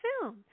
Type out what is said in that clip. film